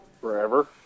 Forever